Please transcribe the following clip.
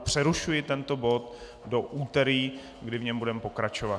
Přerušuji tento bod do úterý, kdy v něm budeme pokračovat.